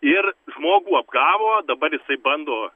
ir žmogų apgavo dabar jisai bando